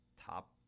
top